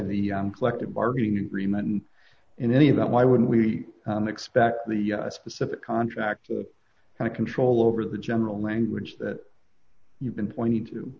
the collective bargaining agreement and in any of that why would we expect the specific contract and a control over the general language that you've been pointing to